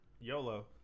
YOLO